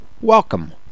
Welcome